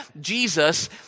Jesus